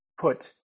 put